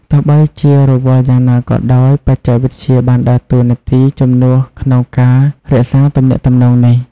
ទោះបីជារវល់យ៉ាងណាក៏ដោយ បច្ចេកវិទ្យាបានដើរតួនាទីជំនួសក្នុងការរក្សាទំនាក់ទំនងនេះ។